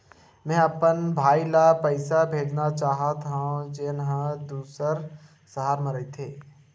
मेंहा अपन भाई ला पइसा भेजना चाहत हव, जेन हा दूसर शहर मा रहिथे